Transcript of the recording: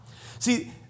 See